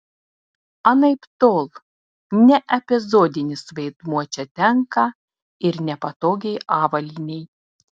anaiptol ne epizodinis vaidmuo čia tenka ir nepatogiai avalynei